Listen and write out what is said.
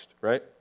right